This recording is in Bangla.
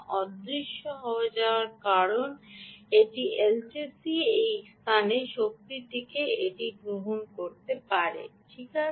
অদৃশ্য হয়ে যাওয়া কারণ এই এলটিসি এখন এই স্থানে শক্তিটিকে এটি গ্রহণ করতে পারে ঠিক আছে